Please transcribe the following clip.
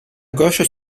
gauche